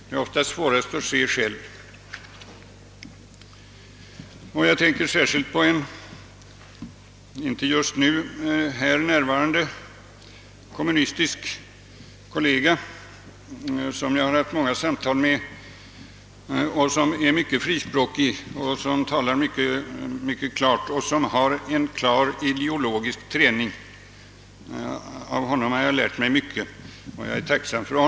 Det är oftast svårast att själv kunna se. Jag tänker särskilt på en inte just nu här närvarande kommunistisk kollega, med vilken jag har haft många samtal. Han är mycket frispråkig, talar klart och har ideologisk träning. Av honom har jag lärt mig mycket, för vilket jag är tacksam.